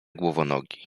głowonogi